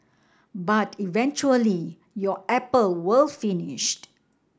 but eventually your apple will finished